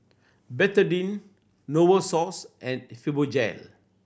Betadine Novosource and Fibogel